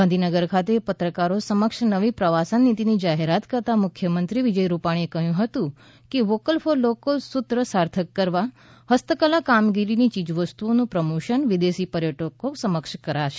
ગાંધીનગર ખાતે પત્રકારો સમક્ષ નવી પ્રવાસન નીતિની જાહેરાત કરતાં મુખ્યમંત્રી વિજય રૂપાણીએ કહ્યું હતું કે વોકલ ફોર લોકલ સૂત્ર સાર્થક કરવા હસ્ત કલા કારીગરીની ચીજવસ્તુઓનું પ્રમોશન વિદેશી પર્યટક સમક્ષ કરાશે